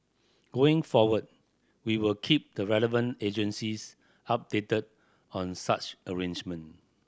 going forward we will keep the relevant agencies updated on such arrangement